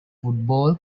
football